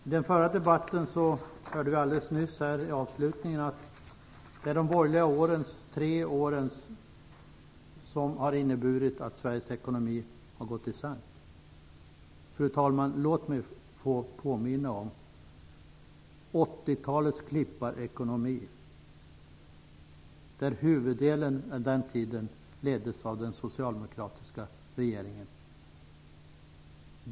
I den förra debatten hörde vi alldeles nyss att det är de tre borgerliga åren som har inneburit att Sveriges ekonomi har gått i sank. Låt mig, fru talman, få påminna om 80-talets klipparekonomi. Huvuddelen av den tiden leddes landet av en socialdemokratisk regering.